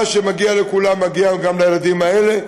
מה שמגיע לכולם מגיע גם לילדים האלה,